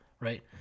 right